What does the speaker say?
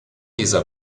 dieser